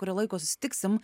kurio laiko susitiksim